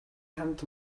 хамт